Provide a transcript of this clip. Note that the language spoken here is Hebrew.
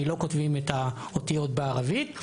כי לא כותבים את האותיות בערבית,